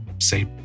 say